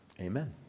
Amen